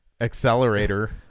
accelerator